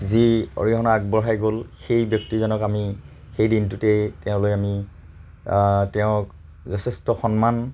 যি অৰিহণা আগবঢ়াই গ'ল সেই ব্যক্তিজনক আমি সেই দিনটোতেই তেওঁলৈ আমি তেওঁক যথেষ্ট সন্মান